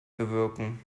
bewirken